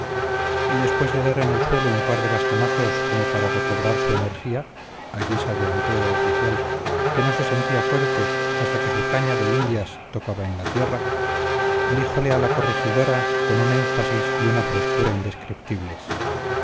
y después de dar en el suelo un par de bastonazos como para recobrar su energía a guisa de anteo oficial que no se sentía fuerte hasta que su caña de indias tocaba en la tierra díjole a la corregidora con un énfasis y una frescura indescriptibles